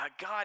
God